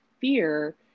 fear